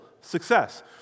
success